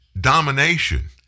domination